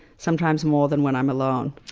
sometimes more than when i'm alone.